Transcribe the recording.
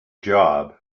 job